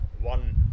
one